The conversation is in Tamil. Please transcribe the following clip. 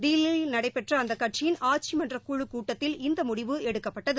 தில்லியில் நடைபெற்ற அந்த கட்சியின் ஆட்சி மன்றக் குழுக் கூட்டத்தில் இந்த முடிவு எடுக்கப்பட்டது